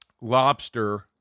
lobster